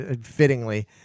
fittingly